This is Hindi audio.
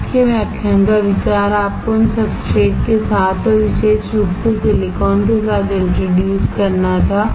आज के व्याख्यान का विचार आपको इन सबस्ट्रेट्स के साथ और विशेष रूप से सिलिकॉन के साथ इंट्रोड्यूस करना था